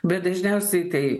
bet dažniausiai tai